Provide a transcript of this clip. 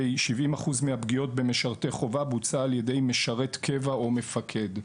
וראינו ש-70% מהפגיעות במשרתי החובה בוצעו על ידי משרת קבע או מפקד.